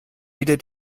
wieder